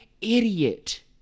idiot